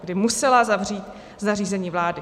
Kdy musela zavřít z nařízení vlády.